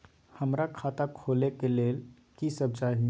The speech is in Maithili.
हमरा खाता खोले के लेल की सब चाही?